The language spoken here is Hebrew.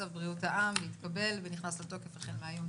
צו בריאות העם התקבל ונכנס לתוקף החל מהיום.